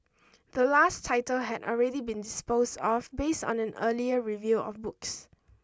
the last title had already been disposed off based on an earlier review of books